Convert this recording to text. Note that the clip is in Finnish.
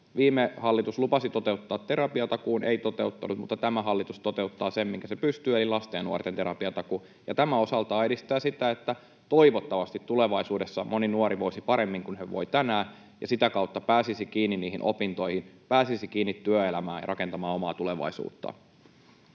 viime hallitus lupasi toteuttaa terapiatakuun, ei toteuttanut, mutta tämä hallitus toteuttaa sen, minkä pystyy, eli lasten ja nuorten terapiatakuun — osaltaan edistää sitä, että toivottavasti tulevaisuudessa moni nuori voisi paremmin kuin tänään ja sitä kautta pääsisi kiinni opintoihin ja pääsisi kiinni työelämään ja rakentamaan omaa tulevaisuuttaan.